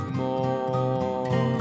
more